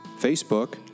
Facebook